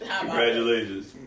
Congratulations